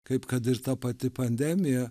kaip kad ir ta pati pandemija